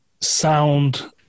sound